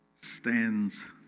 stands